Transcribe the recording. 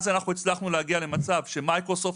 אז אנחנו הצלחנו להגיע למצב שמייקרוסופט